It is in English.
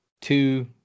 two